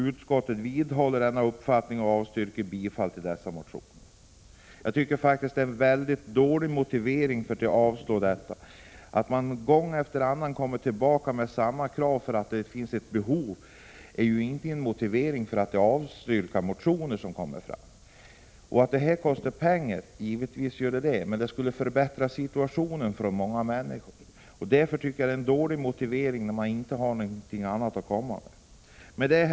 Utskottet vidhåller denna uppfattning och avstyrker bifall till motionerna ———.” Jag tycker att det är en väldigt dålig motivering för avslag. Att motionärer gång efter annan kommer tillbaka med samma krav, därför att det finns ett — Prot. 1986/87:24 behov, är ju ingen motivering för att avstyrka motionerna. 12 november 1986 Givetvis kostar det här pengar, men om vårt motionskrav bifölls skulle. TTT situationen förbättras för många människor. Därför tycker jag att det är en dålig motivering, när man inte har någonting annat att komma med än att liknande krav alltid har avslagits tidigare.